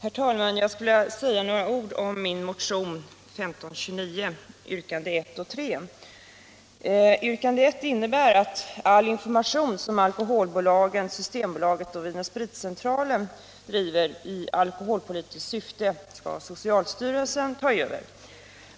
Herr talman! Jag skall säga några ord om min motion 1529 yrkandena 1 och 3. Yrkande 1 innebär att all information som alkoholbolagen, Systembolaget och Vin & Spritcentralen, bedriver i alkoholpolitiskt syfte skall tas över av socialstyrelsen.